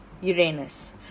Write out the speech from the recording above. Uranus